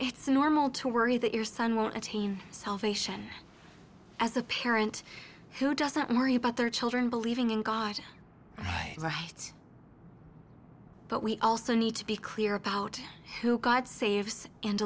it's normal to worry that your son won't attain salvation as a parent who doesn't worry about their children believing in god right but we also need to be clear about who god saves and